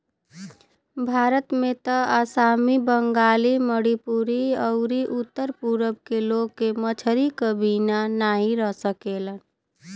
भारत में त आसामी, बंगाली, मणिपुरी अउरी उत्तर पूरब के लोग के मछरी क बिना नाही रह सकेलन